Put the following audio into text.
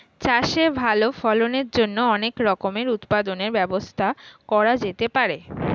চাষে ভালো ফলনের জন্য অনেক রকমের উৎপাদনের ব্যবস্থা করা যেতে পারে